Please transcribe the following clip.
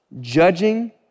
judging